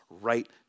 right